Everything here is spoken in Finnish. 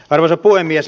arvoisa puhemies